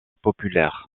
populaire